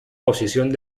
posición